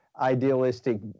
idealistic